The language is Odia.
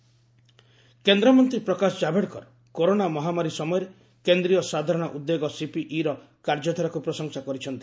ପ୍ରକାଶ ଜାବଡେକର କେନ୍ଦ୍ରମନ୍ତ୍ରୀ ପ୍ରକାଶ ଜାବଡେକର କରୋନା ମହାମାରୀ ସମୟରେ କେନ୍ଦ୍ରୀୟ ସାଧାରଣ ଉଦ୍ୟୋଗ ସିପିଇ ର କାର୍ଯ୍ୟଧାରାକୁ ପ୍ରଶଂସା କରିଛନ୍ତି